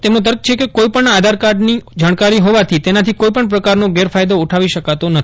તેમનો તર્ક છે કે કોઇપણના આધારકાર્ડની જાણકારી હોવાથી તેનાથી કોઇપણ પ્રકારનો ગેરફાયદો ઉઠાવી શકાતો નથી